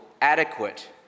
adequate